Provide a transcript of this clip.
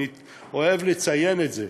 אני אוהב לציין את זה,